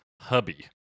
Hubby